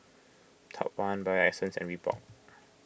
Top one Bio Essence and Reebok